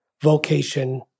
vocation